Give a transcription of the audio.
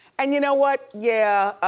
and you know what? yeah,